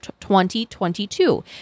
2022